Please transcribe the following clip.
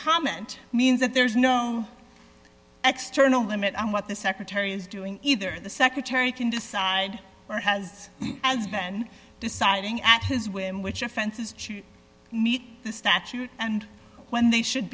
comment means that there's no external limit on what the secretary is doing either the secretary can decide or has as been deciding at his whim which offenses meet the statute and when they should